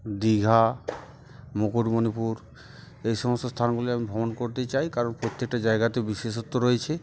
দীঘা মুকুটমণিপুর এই সমস্ত স্থানগুলি আমি ভ্রমণ করতে চাই কারণ প্রত্যেকটা জায়গাতে বিশেষত্ব রয়েছে